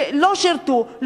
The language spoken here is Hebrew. שלא שירתו,